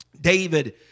David